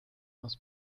aus